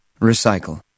Recycle